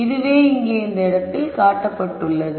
இதுவே இங்கே இந்த இடத்தில் காட்டப்பட்டுள்ளது